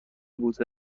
بود